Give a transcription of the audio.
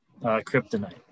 Kryptonite